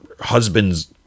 husband's